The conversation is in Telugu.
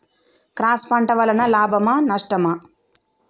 క్రాస్ పంట వలన లాభమా నష్టమా?